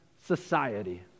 society